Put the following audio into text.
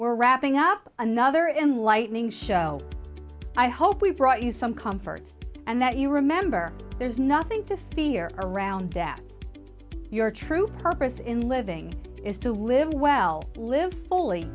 we're wrapping up another enlightening show i hope we brought you some comfort and that you remember there is nothing to fear around them your true purpose in living is to live well lived fully